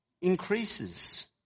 increases